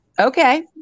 Okay